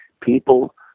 People